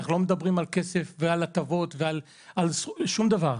אנחנו לא מדברים על כסף ועל הטבות ועל שום דבר,